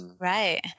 right